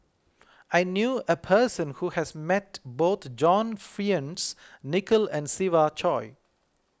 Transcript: I knew a person who has met both John Fearns Nicoll and Siva Choy